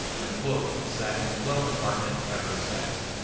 and the book had sat in the glove compartment ever since.